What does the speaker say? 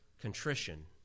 contrition